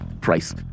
price